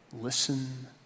Listen